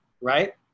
Right